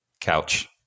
couch